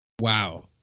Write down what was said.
Wow